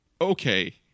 okay